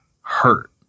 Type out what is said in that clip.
hurt